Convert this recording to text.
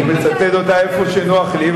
אני מצטט איפה שנוח לי,